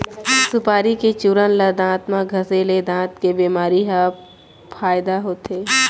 सुपारी के चूरन ल दांत म घँसे ले दांत के बेमारी म फायदा होथे